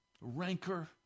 rancor